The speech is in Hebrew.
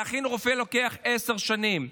להכין רופא לוקח עשר שנים.